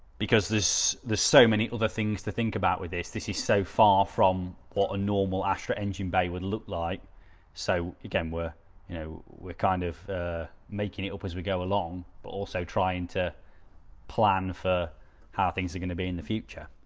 because this the so many other things to think about with this. this is so far from what a normal astra engine bay would look like so again were you know kind of making it up as we go but also trying to plan for her things are going to be in the future.